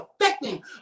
affecting